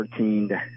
13